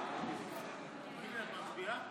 אדוני היושב-ראש.